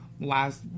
last